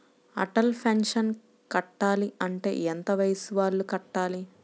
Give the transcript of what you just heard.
Atal pension కట్టాలి అంటే ఎంత వయసు వాళ్ళు కట్టాలి?